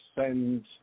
send